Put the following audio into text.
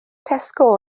tesco